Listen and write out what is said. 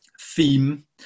theme